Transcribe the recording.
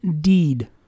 deed